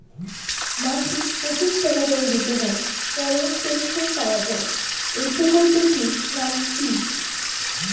মাসিক পঁচিশ টাকা করে দিতে হয় পরে পেনশন পাওয়া যায় এই প্রকল্পে টির নাম কি?